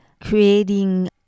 creating